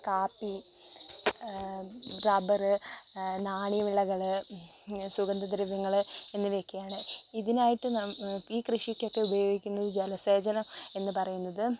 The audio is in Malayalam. കാപ്പി റബ്ബർ നാണ്യവിളകൾ സുഗന്ധദ്രവ്യങ്ങൾ എന്നിവയൊക്കെയാണ് ഇതിനായിട്ട് ഈ കൃഷിക്കൊക്കെ ഉപയോഗിക്കുന്ന ജലസേചനം എന്നു പറയുന്നത്